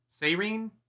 Serene